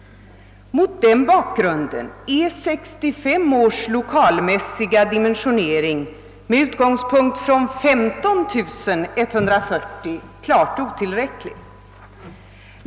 Mot den bakgrunden är 1965 års lokalmässiga dimensionering med utgångspunkt från 15.140 klart otillräcklig.